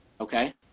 Okay